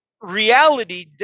reality